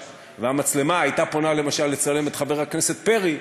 והמצלמה הייתה פונה למשל לצלם את חבר הכנסת פרי,